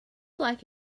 like